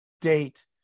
date